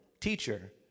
Teacher